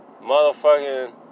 Motherfucking